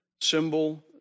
symbol